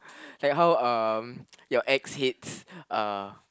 like how um your ex hates uh